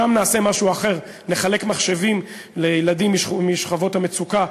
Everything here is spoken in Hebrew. שם נעשה משהו אחר: נחלק מחשבים לילדים משכבות המצוקה,